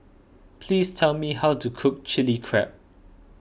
please tell me how to cook Chilli Crab